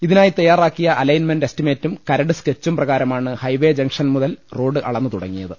ഇതിനായി തയാറാക്കിയ അല്ലെൻമെന്റ് എസ്റ്റിമേറ്റും കരട് സ്കെച്ചും പ്രകാരമാണ് ഹൈവേ ജംഗ്ഷൻ മുതൽ റോഡ് അളന്നു തുടങ്ങിയത്